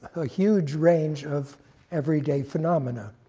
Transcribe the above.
a huge range of everyday phenomena.